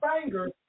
finger